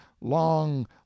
long